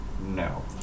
No